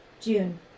June